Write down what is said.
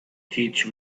teach